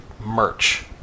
merch